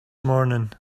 morning